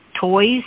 toys